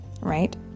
right